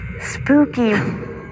spooky